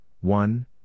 One